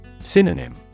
Synonym